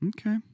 Okay